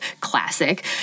classic